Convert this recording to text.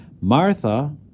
Martha